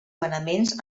manaments